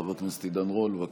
חבר הכנסת עידן רול, בבקשה.